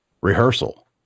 rehearsal